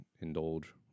indulge